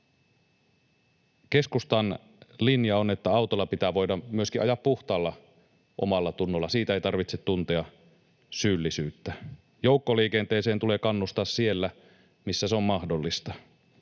Keskustan linja on, että autolla pitää voida myöskin ajaa puhtaalla omallatunnolla, että siitä ei tarvitse tuntea syyllisyyttä. Joukkoliikenteeseen tulee kannustaa siellä, missä se on mahdollista.